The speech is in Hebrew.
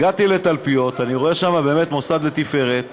הגעתי לתלפיות, אני רואה שם באמת מוסד לתפארת,